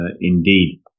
indeed